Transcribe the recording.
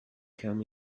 come